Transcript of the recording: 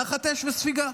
תחת אש וספיגה,